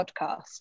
podcast